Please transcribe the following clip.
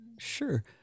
Sure